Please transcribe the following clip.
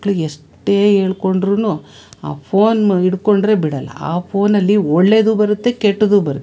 ಮಕ್ಳಿಗೆಷ್ಟೇ ಹೇಳ್ಕೊಂಡ್ರೂ ಆ ಫೋನ್ ಹಿಡ್ಕೊಂಡ್ರೆ ಬಿಡೊಲ್ಲ ಆ ಫೋನಲ್ಲಿ ಒಳ್ಳೇದು ಬರುತ್ತೆ ಕೆಟ್ಟದು ಬರುತ್ತೆ